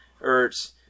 Ertz